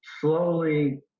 slowly